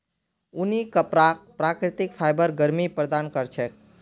ऊनी कपराक प्राकृतिक फाइबर गर्मी प्रदान कर छेक